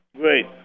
Great